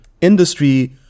industry